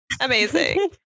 Amazing